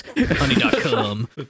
honey.com